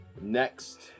Next